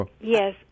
Yes